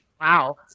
Wow